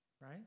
right